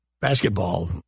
basketball